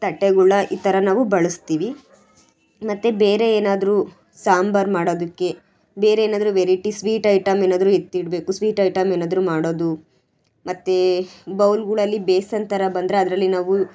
ತಟ್ಟೆಗಳ್ನ ಈ ಥರ ನಾವು ಬಳಸ್ತೀವಿ ಮತ್ತು ಬೇರೆ ಏನಾದರೂ ಸಾಂಬಾರು ಮಾಡೋದಕ್ಕೆ ಬೇರೆ ಏನಾದರೂ ವೆರೈಟಿ ಸ್ವೀಟ್ ಐಟಮ್ ಏನಾದರೂ ಎತ್ತಿಡಬೇಕು ಸ್ವೀಟ್ ಐಟಮ್ ಏನಾದರೂ ಮಾಡೋದು ಮತ್ತೆ ಬೌಲ್ಗಳಲ್ಲಿ ಬೇಸನ್ ಥರ ಬಂದರೆ ಅದರಲ್ಲಿ ನಾವು